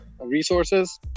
resources